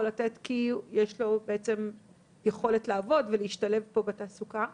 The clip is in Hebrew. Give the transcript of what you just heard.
לקבל כי יש לו יכולת לעבוד ולהשתלב פה בתעסוקה,